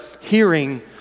hearing